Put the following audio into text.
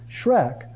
Shrek